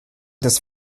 des